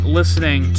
listening